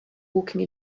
walking